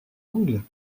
ongles